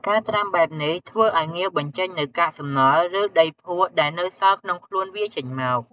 ការត្រាំបែបនេះ ធ្វើឱ្យងាវបញ្ចេញនូវកាកសំណល់ ឬដីភក់ដែលនៅសល់ក្នុងខ្លួនវាចេញមក។